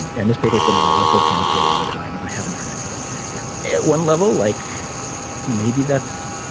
and this paper's been in a lot of folks hands for a long time and i haven't heard anything at one level like maybe that's